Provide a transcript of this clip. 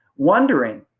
Wondering